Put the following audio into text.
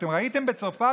אתם ראיתם בצרפת,